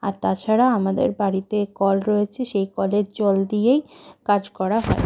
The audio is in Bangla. আর তাছাড়া আমাদের বাড়িতে কল রয়েছে সেই কলের জল দিয়েই কাজ করা হয়